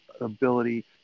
ability